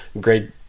great